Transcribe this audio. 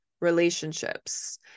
relationships